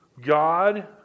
God